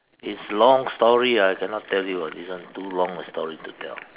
is long story I cannot tell you this one too long a story to tell